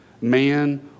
Man